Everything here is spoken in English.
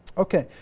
ok,